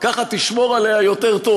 כך תשמור עליה יותר טוב.